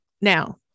Now